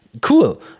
Cool